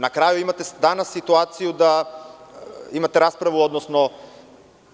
Na kraju imate danas situaciju da imate raspravu, odnosno